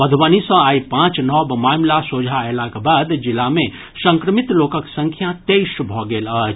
मधुबनी सॅ आइ पांच नव मामिला सोझा अयलाक बाद जिला मे संक्रमित लोकक संख्या तेईस भऽ गेल अछि